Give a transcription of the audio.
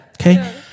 Okay